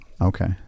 okay